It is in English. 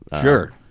sure